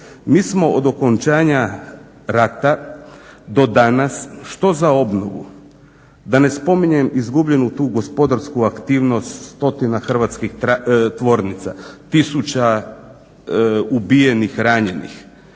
Mi smo od okončanja rata do danas što za obnovu, da ne spominjem izgubljenu tu gospodarsku aktivnost stotina hrvatskih tvornica, tisuća ubijenih, ranjenih,